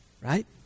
right